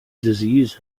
disease